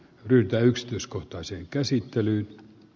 yhtä lakiesityksen hylkäämistä